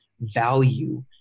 value